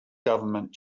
government